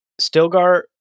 Stilgar